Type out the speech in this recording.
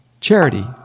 charity